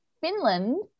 Finland